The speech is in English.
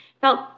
felt